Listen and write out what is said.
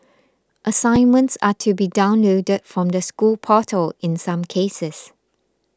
assignments are to be downloaded from the school portal in some cases